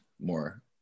more